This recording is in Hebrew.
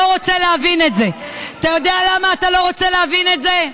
את לא הצנזורית הלאומית, אתה לא רוצה להבין את זה.